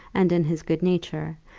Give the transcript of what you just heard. and in his good-nature,